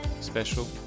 special